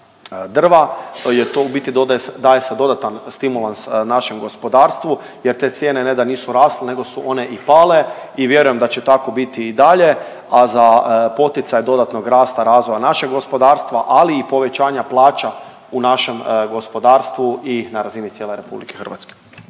dodaje, daje se dodatan stimulans našem gospodarstvu jer te cijene ne da nisu rasle nego su one i pale i vjerujem da će tako biti i dalje, a za poticaj dodatnog rasta, razvoja našeg gospodarstva ali i povećanja plaća u našem gospodarstvu i na razini cijele RH.